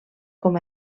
com